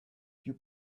you